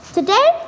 Today